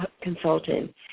consultant